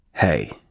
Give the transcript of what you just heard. Hey